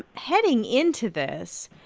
heading into this,